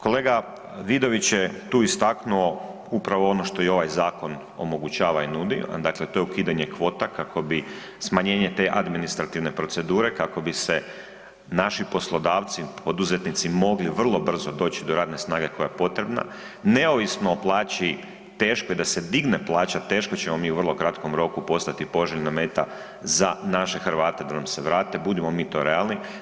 Kolega Vidović je tu istaknuo upravo ono što i ovaj zakon omogućava i nudi, dakle to je ukidanje kvota kako bi smanjenje te administrativne procedure kako bi se naši poslodavci, poduzetnici mogli vrlo brzo doći do radne snage koja je potrebna, neovisno o plaći teško je da se digne plaća, teško ćemo mi u vrlo kratkom roku postati poželjna meta za naše Hrvate da nam se vrate, budimo mi to realni.